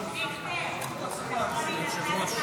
תוצאות ההצבעה: 55 בעד,